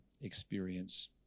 experience